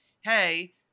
Hey